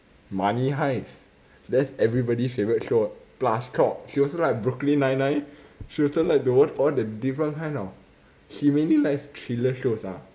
money heist that's everybody's favourite show plus chop she also like brooklyn nine nine she also likes to watch all the kind of different kind of she mainly likes thriller shows ah